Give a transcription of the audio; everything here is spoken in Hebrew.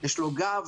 יש לו גב,